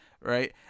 right